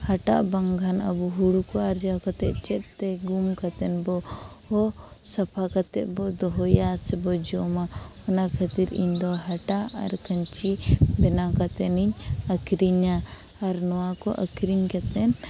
ᱦᱟᱴᱟᱜ ᱵᱟᱝᱠᱷᱟᱱ ᱟᱵᱚ ᱦᱩᱲᱩ ᱠᱚ ᱟᱨᱡᱟᱣ ᱠᱟᱛᱮᱫ ᱪᱮᱫᱛᱮ ᱜᱩᱢ ᱠᱟᱛᱮᱫ ᱵᱚ ᱦᱚ ᱥᱟᱯᱷᱟ ᱠᱟᱛᱮᱫ ᱵᱚ ᱫᱚᱦᱚᱭᱟ ᱥᱮᱵᱚ ᱡᱚᱢᱟ ᱚᱱᱟ ᱠᱷᱟᱛᱤᱨ ᱤᱧ ᱫᱚ ᱦᱟᱴᱟᱜ ᱟᱨ ᱠᱷᱟᱧᱪᱤ ᱵᱮᱱᱟᱣ ᱠᱟᱛᱮᱱᱤᱧ ᱟᱹᱠᱷᱨᱤᱧᱟ ᱟᱨ ᱱᱚᱣᱟ ᱠᱚ ᱟᱹᱠᱷᱨᱤᱧ ᱠᱟᱛᱮᱫ